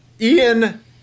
Ian